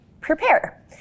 Prepare